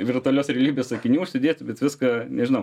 virtualios realybės akinių užsidėti bet viską nežinau